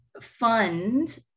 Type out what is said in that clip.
fund